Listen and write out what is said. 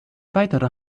weiterer